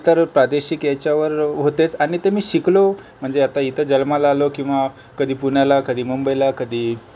ते तर प्रादेशिक याच्यावर होतेच आणि ते मी शिकलो म्हणजे आता इथे जन्माला आलो किंवा कधी पुण्याला कधी मुंबईला कधी